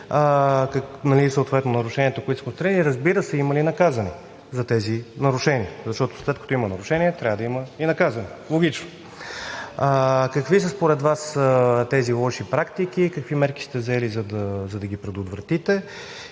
публичните средства сте открили и, разбира се, има ли наказани за тези нарушения? Защото, след като има нарушения, трябва да има и наказани. Логично. Какви са според Вас тези лоши практики, какви мерки сте взели, за да ги предотвратите